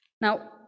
Now